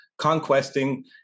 conquesting